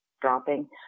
dropping